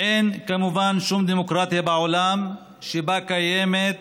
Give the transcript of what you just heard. אין, כמובן, שום דמוקרטיה בעולם שבה קיימת